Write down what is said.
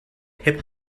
hip